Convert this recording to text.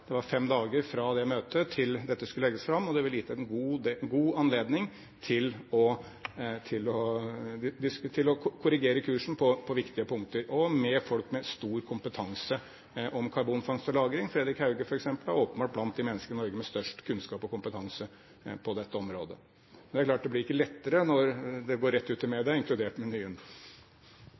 Det var fem dager fra det møtet til dette skulle legges fram, og det ville gitt god anledning til å korrigere kursen på viktige punkter sammen med folk med stor kompetanse om karbonfangst og -lagring. Frederic Hauge er f.eks. åpenbart blant de menneskene i Norge med størst kunnskap og kompetanse på dette området. Det er klart det blir ikke lettere når det går rett ut til media, inkludert